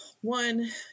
One